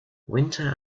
winter